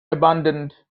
abandoned